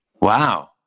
Wow